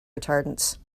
retardants